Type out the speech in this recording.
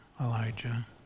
Elijah